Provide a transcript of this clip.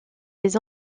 des